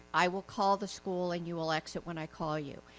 i will call the school and you will exit when i call you.